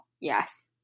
Yes